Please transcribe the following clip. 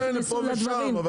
כן, פה ושם.